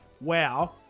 Wow